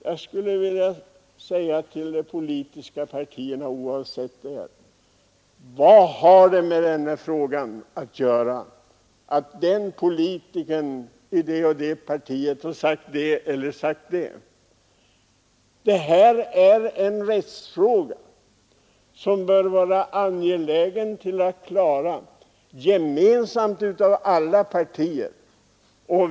Jag skulle vilja fråga de politiska partierna, oavsett vilka de är: Vad har det med den här frågan att göra att den och den politikern i det och det partiet har sagt det eller det? Det här är en rättsfråga, som det bör vara angeläget för alla partier att klara gemensamt.